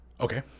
Okay